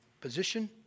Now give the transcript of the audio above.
position